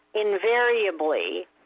Invariably